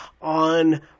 on